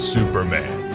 Superman